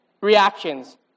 Reactions